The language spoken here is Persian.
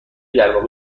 درواقع